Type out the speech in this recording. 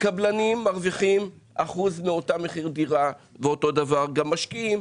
קבלנים מרוויחים אחוז מאותו מחיר דירה ואותו דבר גם משקיעים.